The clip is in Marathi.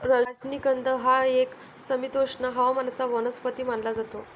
राजनिगंध हा एक समशीतोष्ण हवामानाचा वनस्पती मानला जातो